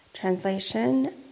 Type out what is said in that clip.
Translation